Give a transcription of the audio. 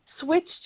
switched